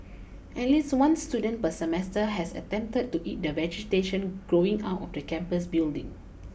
at least one student per semester has attempted to eat the vegetation growing out of the campus building